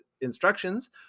instructions